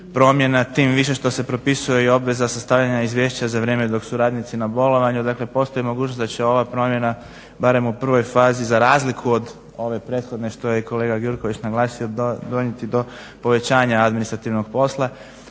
promjena tim više što se propisuje i obveza sastavljanja izvješća za vrijeme dok su radnici na bolovanju. Dakle postoji mogućnost da će ova promjena barem u prvoj fazi za razliku od ove prethode što je kolega i Gjurković naglasio, donijeti do povećanja administrativnog posla.